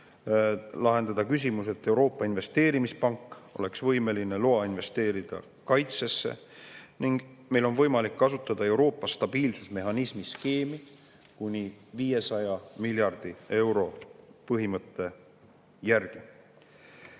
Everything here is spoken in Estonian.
lahendada küsimus, kuidas Euroopa Investeerimispank oleks võimeline investeerima kaitsesse ning meil oleks võimalik kasutada Euroopa stabiilsusmehhanismi skeemi kuni 500 miljardi euro põhimõtte järgi.